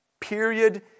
Period